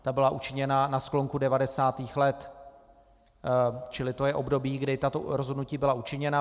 Ta byla učiněna na sklonku devadesátých let, čili to je období, kdy tato rozhodnutí byla učiněna.